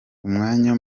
umwanya